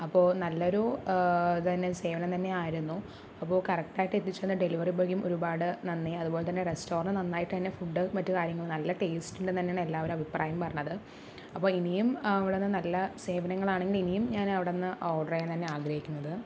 അപ്പോൾ നല്ലൊരു ഇത് തന്നെ സേവനം തന്നെയായിരുന്നു അപ്പോളോ കറക്റ്റായിട്ട് എത്തിച്ച് തന്നെ ഡെലിവറി ബോയ്ക്കും ഒരുപാട് നന്ദി അതുപോലെ തന്നെ റെസ്റ്റോറൻറ്റ് നന്നായിട്ട് തന്നെ ഫുഡും മറ്റു കാര്യങ്ങളും നല്ല ടേസ്റ്റ് ഉണ്ട് എന്ന് തന്നെ എല്ലാവരും അഭിപ്രായം പറഞ്ഞത് അപ്പോൾ ഇനിയും അവിടുന്ന് നല്ല സേവങ്ങൾ ആണെങ്കിൽ ഇനിയും ഞാൻ അവിടുന്ന് ഓർഡർ ചെയ്യാൻ തന്നെ ആഗ്രഹിക്കുന്നത്